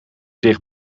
dicht